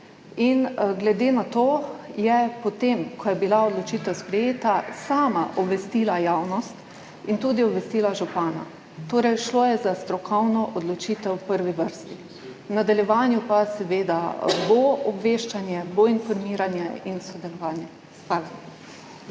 Glede na to je, potem ko je bila odločitev sprejeta, sama obvestila javnost in tudi obvestila župana. Torej, šlo je za strokovno odločitev v prvi vrsti, v nadaljevanju pa seveda bo obveščanje, bo informiranje in sodelovanje. Hvala.